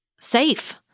safe